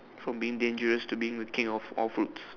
from being dangerous to being the King of all fruits